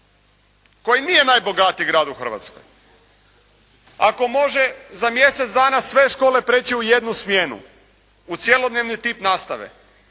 koji nije najbogatiji grad u Hrvatskoj, ako može za mjesec dana sve škole prijeći u jednu smjenu, u cjelodnevni tip nastave.